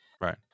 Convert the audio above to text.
Right